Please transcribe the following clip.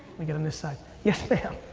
me get on this side. yes, ma'am.